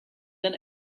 then